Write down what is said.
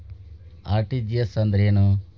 RTGS ಅಂದ್ರೇನು?